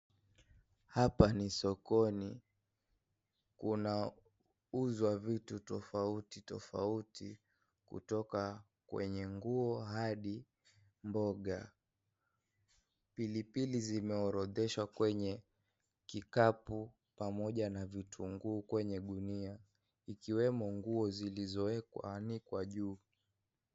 Hapa ni sokoni kunauzwa vitu tofauti tofauti kutoka kwenye nguo hadi mboga ,pilipili zimeorodheshwa kwenye kikapu pamoja na vitunguu kwenye gunia ikiwemo nguo zilizoanikwa juu.